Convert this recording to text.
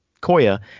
Koya